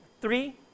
Three